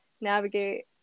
navigate